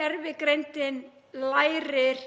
gervigreindin lærir